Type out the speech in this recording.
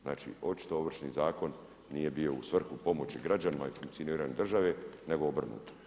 Znači očito Ovršni zakon nije bio u svrhu pomoći građanima i funkcioniranju države nego obrnuto.